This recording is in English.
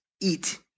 eat